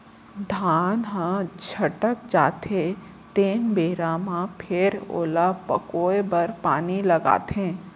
धान ह छटक जाथे तेन बेरा म फेर ओला पकोए बर पानी लागथे